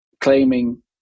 claiming